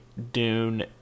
Dune